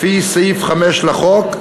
לפי סעיף 5 לחוק,